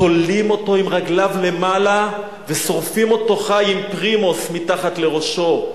תולים אותו עם רגליו למעלה ושורפים אותו חי עם פרימוס מתחת לראשו.